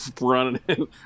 running